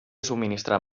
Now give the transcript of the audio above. subministrar